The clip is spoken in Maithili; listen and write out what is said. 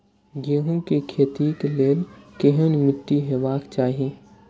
गेहूं के खेतीक लेल केहन मीट्टी हेबाक चाही?